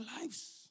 lives